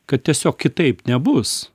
kad tiesiog kitaip nebus